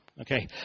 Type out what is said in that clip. Okay